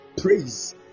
praise